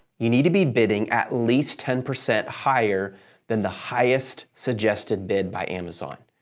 you need to be bidding at least ten percent higher than the highest suggested bid by amazon.